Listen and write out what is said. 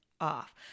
off